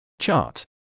chart